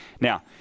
Now